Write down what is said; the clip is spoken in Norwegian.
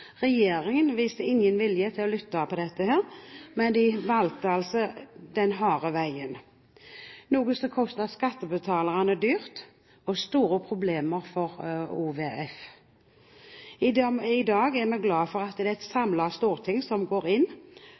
Regjeringen viste ingen vilje til å lytte til dette, men valgte den harde veien, noe som kostet skattebetalerne dyrt, og medførte store problemer for OVF. I dag er vi glad for at det er et samlet storting som går inn